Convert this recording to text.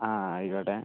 ആ ആയിക്കോട്ടെ